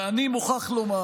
ואני מוכרח לומר